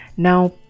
Now